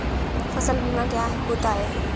फसल बीमा क्या होता है?